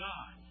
God